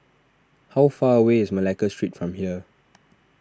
how far away is Malacca Street from here